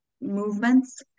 movements